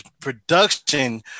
Production